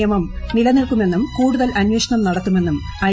നിയമം നിലനിൽക്കുമെന്നും കൂടുതൽ അന്വേഷണം നടത്തുമെന്നും ഐ